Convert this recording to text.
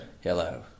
Hello